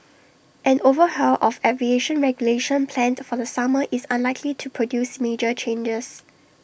an overhaul of aviation regulation planned for the summer is unlikely to produce major changes